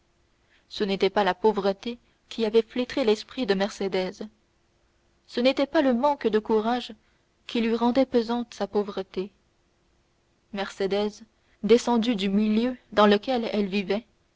ce n'était pas la pauvreté qui avait flétri l'esprit de mercédès ce n'était pas le manque de courage qui lui rendait pesante sa pauvreté mercédès descendue du milieu dans lequel elle vivait